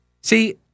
See